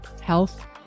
health